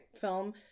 film